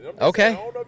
Okay